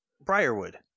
Briarwood